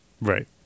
Right